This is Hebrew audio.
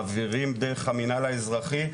מעבירים דרך המינהל האזרחי,